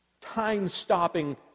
time-stopping